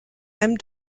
einem